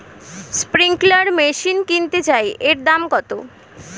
Sprinkler machine কিনতে চাই এর দাম কত?